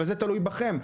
אבל זה תלוי בכם.